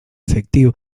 efectiu